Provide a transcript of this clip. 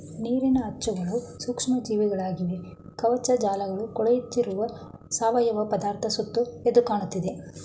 ನೀರಿನ ಅಚ್ಚುಗಳು ಸೂಕ್ಷ್ಮ ಜೀವಿಗಳಾಗಿವೆ ಕವಕಜಾಲಕೊಳೆಯುತ್ತಿರುವ ಸಾವಯವ ಪದಾರ್ಥ ಸುತ್ತ ಎದ್ದುಕಾಣ್ತದೆ